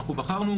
אנחנו בחרנו,